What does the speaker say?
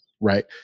Right